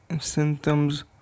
symptoms